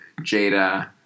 Jada